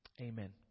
Amen